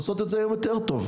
הן עושות את זה היום יותר טוב.